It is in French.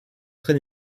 trés